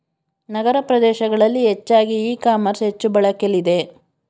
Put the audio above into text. ನಗರ ಪ್ರದೇಶಗಳಲ್ಲಿ ಹೆಚ್ಚಾಗಿ e commerce ಹೆಚ್ಚು ಬಳಕೆಲಿದೆ